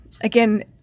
again